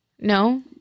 No